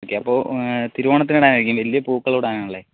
okay അപ്പോൾ തിരുവോണത്തിന് ഇടാനായിരിക്കും വലിയ പൂക്കളം ഇടാനാണ് അല്ലെ